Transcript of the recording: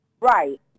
Right